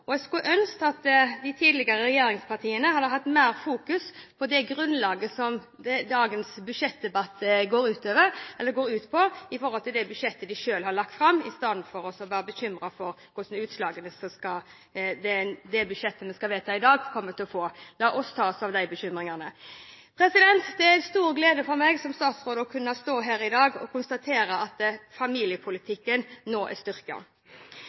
ført. Jeg skulle ønske at de tidligere regjeringspartiene hadde hatt mer fokus på grunnlaget for dagens budsjettdebatt i forhold til det budsjettet de selv har lagt fram, istedenfor å være bekymret for hvilke utslag det budsjettet vi skal vedta i dag, kommer til å få. La oss ta oss av de bekymringene! Det er en stor glede for meg som statsråd å kunne stå her i dag og konstatere at familiepolitikken nå er